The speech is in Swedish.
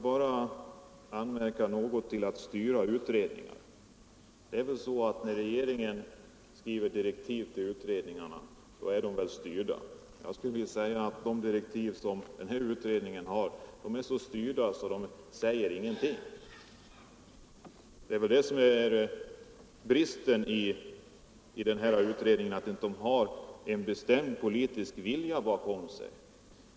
Herr talman! Jag vill bara anmärka något beträffande detta att ”styra utredningen”. När regeringen skriver direktiv till utredningar är det väl styrning? Jag skulle vilja säga att de direktiv som den här utredningen har fått säger inte någonting. Det är det som är bristen med denna utredning att den inte har en bestämd politisk vilja bakom sig.